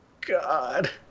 god